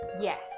Yes